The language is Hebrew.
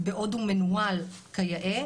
בעוד הוא מנוהל כיאה,